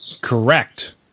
correct